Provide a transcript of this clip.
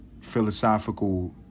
philosophical